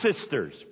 sisters